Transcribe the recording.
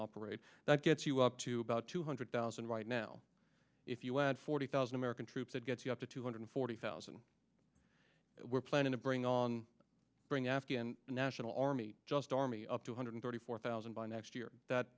operate that gets you up to about two hundred thousand right now if you add forty thousand american troops and get you up to two hundred forty thousand we're planning to bring on bringing afghan national army just army up two hundred thirty four thousand by next year that